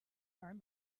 learn